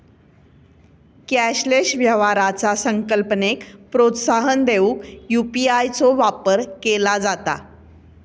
cashless व्यवहाराचा संकल्पनेक प्रोत्साहन देऊक यू.पी.आय चो वापर केला जाता